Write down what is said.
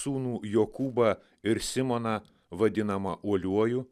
sūnų jokūbą ir simoną vadinamą uoliuoju